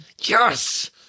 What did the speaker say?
Yes